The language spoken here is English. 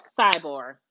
cyborg